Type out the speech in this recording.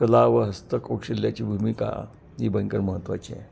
कला व हस्तकौशल्याची भूमिका ही भयंकर महत्त्वाची आहे